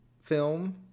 film